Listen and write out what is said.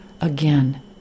again